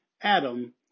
Adam